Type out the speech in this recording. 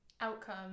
outcome